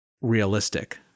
realistic